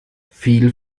viel